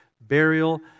burial